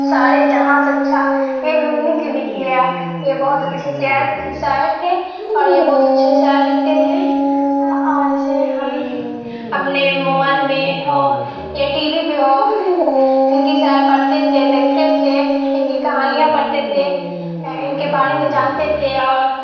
سارے جہاں سے اچھا یہ بھی انہیں کی لکھی ہے یہ بہت اچھے سیئر شاعر تھے اور یہ بہت اچھے شعر لکھتے تھے اور اسے ہم اپنے موائل میں ہو یا ٹی وی پہ ہو ان کی شعر پڑھتے تھے دیکھتے تھے ان کی کہانیاں پڑھتے تھے ان کے بارے میں جانتے تھے اور